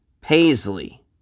paisley